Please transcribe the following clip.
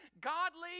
godly